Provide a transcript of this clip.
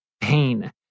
pain